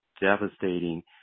devastating